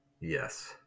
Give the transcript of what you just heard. Yes